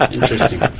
Interesting